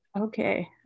okay